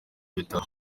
bitaro